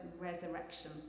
resurrection